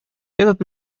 этот